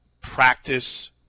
practice